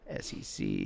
SEC